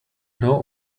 know